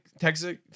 Texas